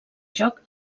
joc